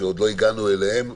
שעוד לא הגענו אליהן,